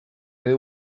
they